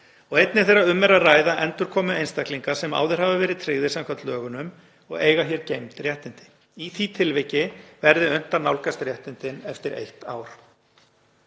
einnig þegar um er að ræða endurkomu einstaklinga sem áður hafa verið tryggðir samkvæmt lögunum og eiga hér geymd réttindi. Í því tilviki verði unnt að nálgast réttindin eftir eitt ár.